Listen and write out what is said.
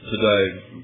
today